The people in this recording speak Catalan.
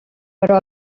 però